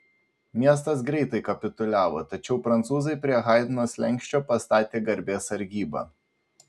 miestas greitai kapituliavo tačiau prancūzai prie haidno slenksčio pastatė garbės sargybą